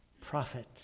prophet